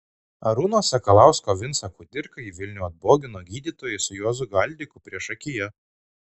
arūno sakalausko vincą kudirką į vilnių atbogino gydytojai su juozu galdiku priešakyje